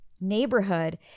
neighborhood